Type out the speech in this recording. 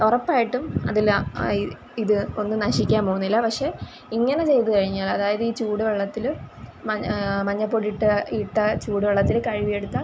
ഉറപ്പായിട്ടും അതിലെ ഇതൊന്നും നശിക്കാൻ പോകുന്നില്ല പക്ഷേ ഇങ്ങനെ ചെയ്തുകഴിഞ്ഞാൽ അതായത് ഈ ചൂട് വെള്ളത്തിൽ മഞ്ഞൾപ്പോടി ഇട്ട് ഇട്ട ചൂട് വെള്ളത്തിൽ കഴുകി എടുത്താൽ